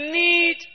need